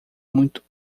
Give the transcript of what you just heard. muito